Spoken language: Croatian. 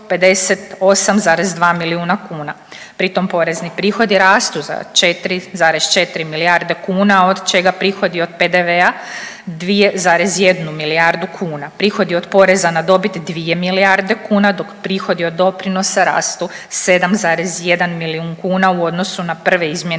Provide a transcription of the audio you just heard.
pri tom porezni prihodi rastu za 4,4 milijarde kuna od čega prihodi od PDV-a 2,1 milijardu kuna, prihodi od poreza na dobit 2 milijarde kuna, dok prihodi od doprinosa rastu 7,1 milijun kuna u odnosu na prve izmjene